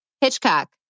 Hitchcock